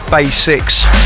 Basics